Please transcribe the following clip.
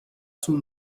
تون